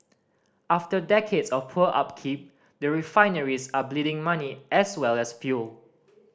after decades of poor upkeep the refineries are bleeding money as well as fuel